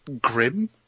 grim